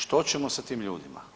Što ćemo sa tim ljudima?